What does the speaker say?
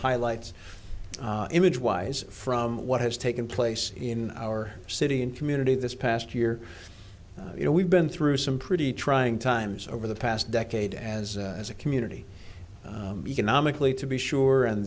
highlights image wise from what has taken place in our city and community this past year you know we've been through some pretty trying times over the past decade as as a community economically to be sure and